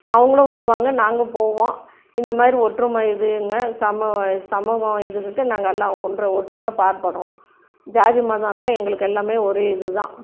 அவங்களும் வருவாங்க நாங்கள் போவோம் இந்தமாதிரி ஒற்றுமை இதுங்க சமூ சமூகம் இதுக்கு நாங்களெலாம் ஒன்று ஒற்றுமை பாடுபட்றோம் ஜாதி மதம் எல்லாம் எங்களுக்கு எல்லாமே ஒரே இது தான்